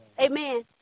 Amen